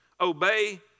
obey